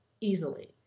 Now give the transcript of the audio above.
easily